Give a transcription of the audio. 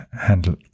handle